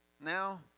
now